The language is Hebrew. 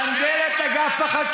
כל המטרה שלך לסנדל את אגף החקירות.